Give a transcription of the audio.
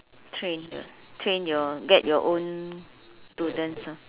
train train your get your own students ah